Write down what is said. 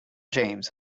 james